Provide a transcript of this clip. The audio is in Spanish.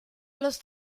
los